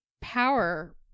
Power